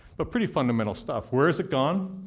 a pretty fundamental stuff. where is it gone?